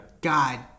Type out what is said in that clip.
god